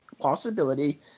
possibility